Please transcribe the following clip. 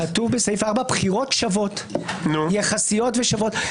כתוב בסעיף 4 "בחירות יחסיות ושוות".